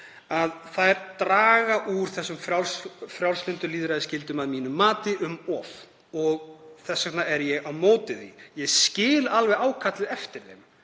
draga um of úr þessum frjálslyndu lýðræðisgildum að mínu mati. Og þess vegna er ég á móti því. Ég skil alveg ákallið eftir þeim.